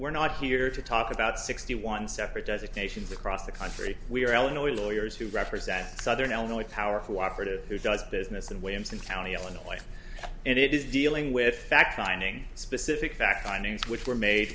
we're not here to talk about sixty one separate doesn't nations across the country we are eleanor lawyers who represent southern illinois powerful operative who does business in williamson county illinois and it is dealing with fact finding specific fact i knew which were made